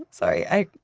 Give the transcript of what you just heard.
sorry. i,